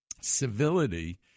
Civility